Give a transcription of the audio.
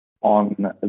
On